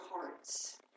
hearts